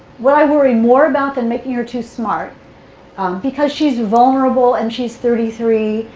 what i worry more about than making her too smart because she's vulnerable, and she's thirty three,